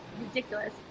ridiculous